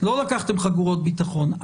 לא לקחתם חגורות ביטחון.